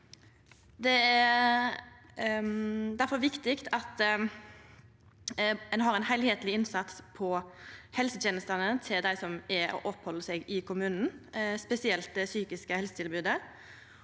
Det er difor viktig at ein har ein heilskapleg innsats i helsetenestene til dei som er og oppheld seg i kommunen, spesielt det psykiske helsetilbo det.